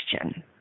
question